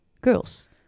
girls